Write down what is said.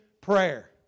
prayer